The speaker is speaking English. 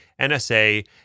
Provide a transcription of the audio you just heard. NSA